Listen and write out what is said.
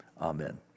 Amen